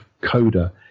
coda